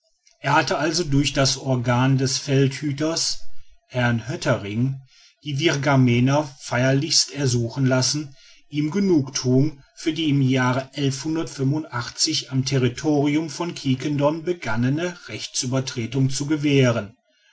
er hatte also durch das organ des feldhüters herrn hottering die virgamener feierlichst ersuchen lassen ihm genugthuung für die im jahre am territorium von quiquendone begangene rechtsübertretung zu gewähren